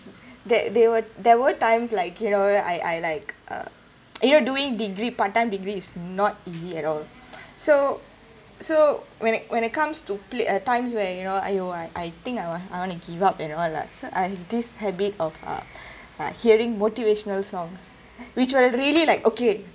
that there were there were times like you know I I like uh you know during degree part time degree is not easy at all so so when it when it comes to play a times where you know !aiyo! I I think I want to I want to give up and all lah so I have this habit of uh like hearing motivational songs which will really like okay